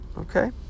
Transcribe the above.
Okay